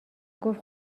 گفت